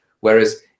Whereas